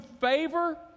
favor